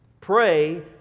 Pray